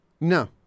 No